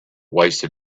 wasted